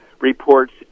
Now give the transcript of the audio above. reports